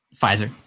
Pfizer